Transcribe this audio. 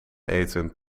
eten